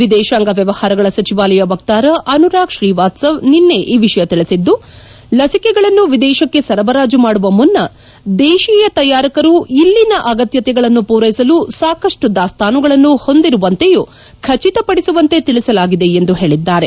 ವಿದೇಶಾಂಗ ವ್ಯವಪಾರಗಳ ಸಚಿವಾಲಯ ವಕ್ತಾರ ಅನುರಾಗ್ ಶ್ರೀವಾತ್ಲವ್ ನಿನ್ನೆ ಈ ವಿಷಯ ತಿಳಿಸಿದ್ದು ಲಸಿಕೆಗಳನ್ನು ವಿದೇಶಕ್ಕೆ ಸರಬರಾಜು ಮಾಡುವ ಮುನ್ನ ದೇಶೀಯ ತಯಾರಕರು ಇಲ್ಲಿನ ಅಗತ್ಯತೆಗಳನ್ನು ಪೂರೈಸಲು ಸಾಕಷ್ಟು ದಾಸ್ತಾನುಗಳನ್ನು ಹೊಂದಿರುವಂತೆಯೂ ಖಚಿತಪಡಿಸುವಂತೆ ತಿಳಿಸಲಾಗಿದೆ ಎಂದು ಹೇಳಿದ್ದಾರೆ